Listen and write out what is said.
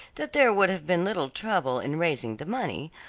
that there would have been little trouble in raising the money,